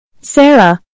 sarah